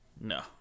No